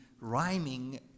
rhyming